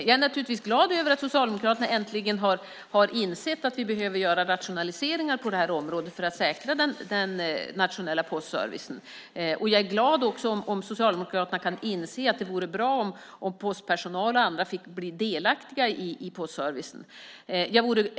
Jag är naturligtvis glad över att Socialdemokraterna äntligen har insett att vi behöver göra rationaliseringar på det här området för att säkra den nationella postservicen. Jag vore glad om Socialdemokraterna kunde inse att det vore bra om postpersonal och andra fick bli delaktiga i postservicen.